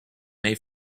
may